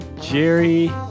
Jerry